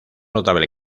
notable